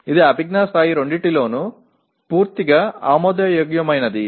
ఇది అభిజ్ఞా స్థాయి రెండింటిలోనూ పూర్తిగా ఆమోదయోగ్యమైనది